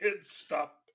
stop